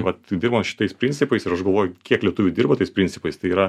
vat dirbam šitais principais ir aš galvoju kiek lietuvių dirba tais principais tai yra